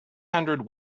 hundred